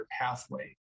pathway